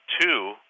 two